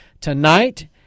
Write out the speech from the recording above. tonight